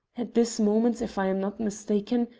at this moment, if i am not mistaken,